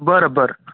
बरं बर